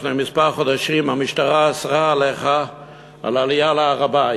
לפני חודשים מספר המשטרה אסרה עליך עלייה להר-הבית,